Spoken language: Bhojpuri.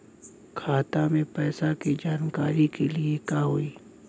खाता मे पैसा के जानकारी के लिए का होई?